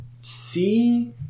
see